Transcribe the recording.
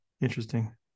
Interesting